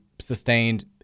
sustained